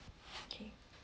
okay